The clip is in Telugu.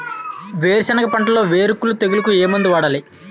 వేరుసెనగ పంటలో వేరుకుళ్ళు తెగులుకు ఏ మందు వాడాలి?